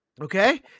okay